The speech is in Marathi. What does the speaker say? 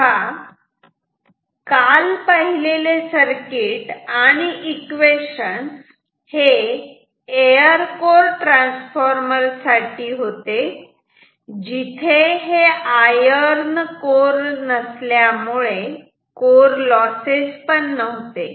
तेव्हा काल पाहिलेले सर्किट आणि इक्वेशन्स हे एअर कोर ट्रान्सफॉर्मर साठी होते जिथे हे आयर्न कोर नसल्यामुळे कोर लॉसेस पण नव्हते